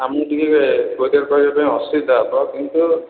ଆମକୁ ଟିକେ କୋରିୟର୍ କରିବା ପାଇଁ ଅସୁବିଧା ହେବ କିନ୍ତୁ